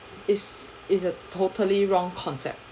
is is a totally wrong concept